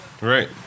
right